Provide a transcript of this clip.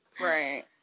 Right